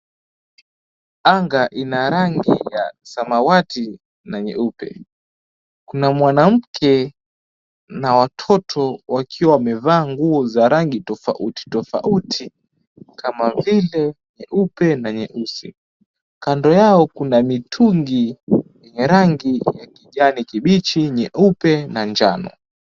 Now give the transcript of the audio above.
Anga ina rangi ya samawati na nyeupe. Kuna mwanamke na watoto wakiwa wamevaa nguo za rangi tofauti tofauti kama vile nyeupe na nyeusi. Kando yao kuna mitungi ya rangi ya kijani kibichi, nyeupe na njano.